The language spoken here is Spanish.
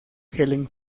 helen